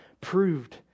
proved